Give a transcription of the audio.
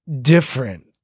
different